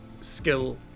skill